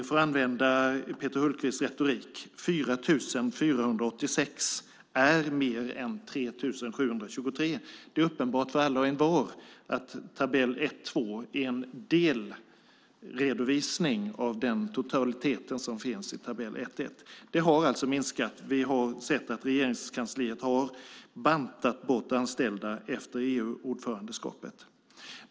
För att använda Peter Hultqvists retorik: 4 486 är mer än 3 723. Det är ju uppenbart för alla och envar att tabell 1.2 är en delredovisning av det totala antalet som finns i tabell 1.1. Antalet har alltså minskat. Vi har sett att Regeringskansliet har bantat ned antalet anställda efter EU-ordförandeskapet.